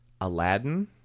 Aladdin